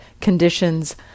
conditions